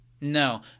No